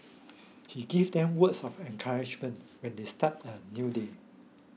he gives them words of encouragement when they start a new day